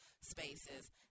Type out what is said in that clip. spaces